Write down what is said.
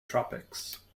tropics